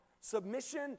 submission